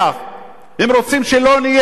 הם רוצים שלא נהיה אזרחים.